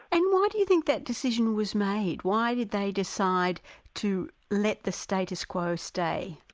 and why do you think that decision was made? why did they decide to let the status quo stay?